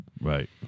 Right